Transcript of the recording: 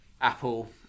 Apple